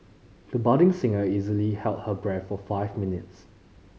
the budding singer easily held her breath for five minutes